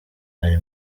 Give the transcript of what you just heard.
ari